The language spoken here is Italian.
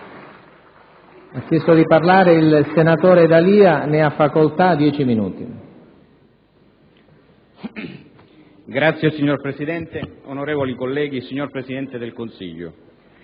Signor Presidente, onorevoli colleghi, signor Presidente del Consiglio,